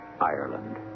Ireland